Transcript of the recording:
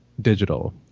digital